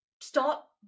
stop